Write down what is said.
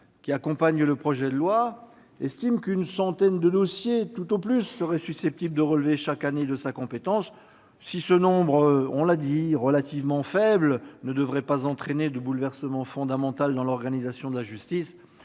qui accompagne le projet de loi indique qu'une centaine de dossiers tout au plus seraient susceptibles de relever chaque année de sa compétence. Si ce nombre relativement faible ne devrait pas entraîner de bouleversement fondamental dans l'organisation de la justice,